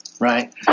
right